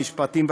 המשפטים,